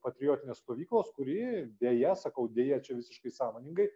patriotinės stovyklos kuri deja sakau deja čia visiškai sąmoningai